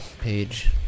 page